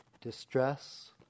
distress